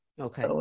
Okay